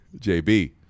JB